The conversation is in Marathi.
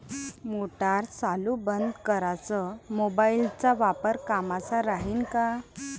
मोटार चालू बंद कराच मोबाईलचा वापर कामाचा राहीन का?